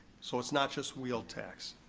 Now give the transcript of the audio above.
so it's not just wheel tax.